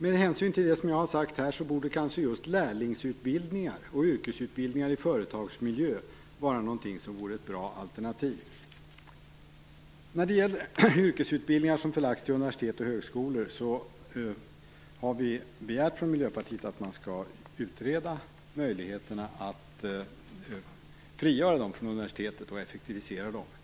Med hänsyn till det som jag har sagt här borde kanske just lärlingsutbildningar och yrkesutbildningar i företagsmiljö vara ett bra alternativ. Vi har från Miljöpartiet begärt att man skall utreda möjligheterna att frigöra och effektivisera yrkesutbildningar som förlagts till universitet och högskolor.